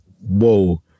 whoa